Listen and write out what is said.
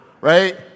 right